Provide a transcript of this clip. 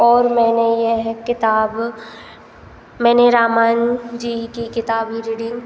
और मैंने यह किताब मैंने रामायण जी की किताब रीडिंग